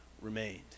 remained